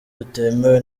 butemewe